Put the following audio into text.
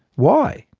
why?